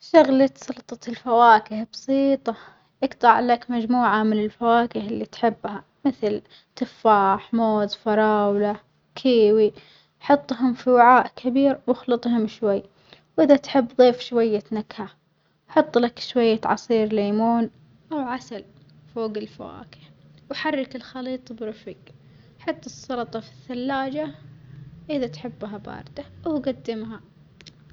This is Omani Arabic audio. شغلة سلطة الفواكه بسيطة، اجطعلك مجموعة من الفواكه اللي تحبها مثل تفاح موز فراولة كيوي، حطهم في وعاء كبير واخلطهم شوي وإذا تحب ظيف شوية نكهة، حطلك شوية عصير ليمون أو عسل فوج الفواكه، وحرك الخليط برفج حط السلطة في الثلاجة إذا تحبها باردة، وجدمها.